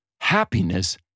Happiness